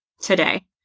today